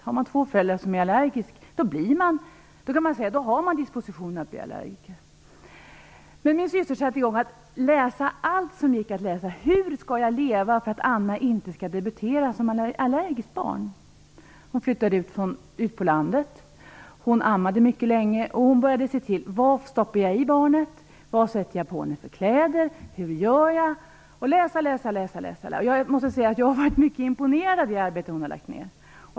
Har man två föräldrar som är allergiker har man disposition att bli allergiker. Min syster satte igång att läsa allt som gick att läsa om hur hon skall leva för att Anna inte skall debutera som allergiskt barn. De flyttade ut på landet, hon ammade mycket länge och hon började tänka efter när det gäller vad hon stoppade i barnet, vilka kläder hon satte på henne och hur hon i övrigt skulle göra. Hon läste, läste och läste. Jag måste säga att jag är mycket imponerad över det arbete hon har lagt ner.